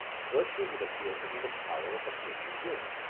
virtue would appear to be the power of attaining good?